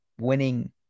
winning